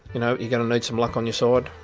you know you're going to need some luck on your side,